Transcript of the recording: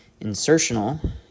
Insertional